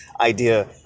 idea